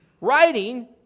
writing